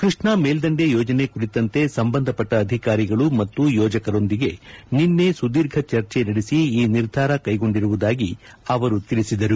ಕೃಷ್ಣಾ ಮೇಲ್ದಂಡೆ ಯೋಜನೆ ಕುರಿತಂತೆ ಸಂಬಂಧಪಟ್ಟ ಅಧಿಕಾರಿಗಳು ಮತ್ತು ಯೋಜಕರೊಂದಿಗೆ ನಿನ್ನೆ ಸುಧೀರ್ಘ ಚರ್ಚೆ ನಡೆಸಿ ಈ ನಿರ್ಧಾರ ಕೈಗೊಂಡಿರುವುದಾಗಿ ಅವರು ಹೇಳಿದರು